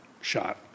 shot